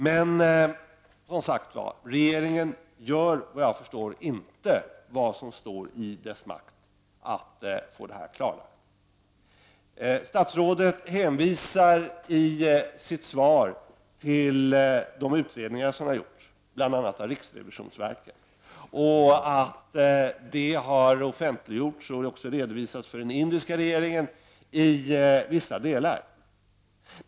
Men, som sagt, regeringen gör såvitt jag förstår inte vad som står i dess makt när det gäller att få detta klarlagt. Statsrådet hänvisar i sitt svar till de utredningar som har gjorts av bl.a. riksrevisionsverket, att de har offentliggjorts och redovisats för den indiska regeringen i vissa delar.